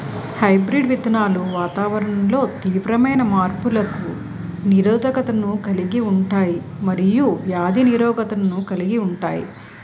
hybrid విత్తనాలు వాతావరణంలో తీవ్రమైన మార్పులకు నిరోధకతను కలిగి ఉంటాయి మరియు వ్యాధి నిరోధకతను కలిగి ఉంటాయి